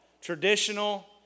Traditional